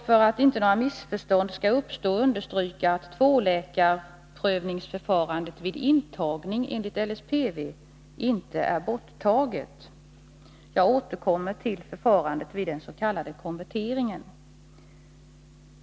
För att inte några missförstånd skall uppstå vill jag understryka att tvåläkarprövningen vid intagning enligt LSPV inte är borttagen. Jag återkommer till förfarandet vid den s.k. konverteringen.